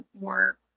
more